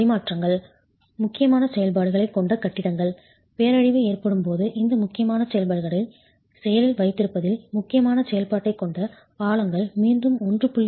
பரிமாற்றங்கள் முக்கியமான செயல்பாடுகளைக் கொண்ட கட்டிடங்கள் பேரழிவு ஏற்படும் போது இந்த முக்கியமான செயல்பாடுகளை செயலில் வைத்திருப்பதில் முக்கியமான செயல்பாட்டைக் கொண்ட பாலங்கள் மீண்டும் 1